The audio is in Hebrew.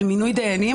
על מינוי דיינים,